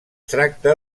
tracta